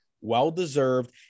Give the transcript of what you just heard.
well-deserved